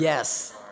yes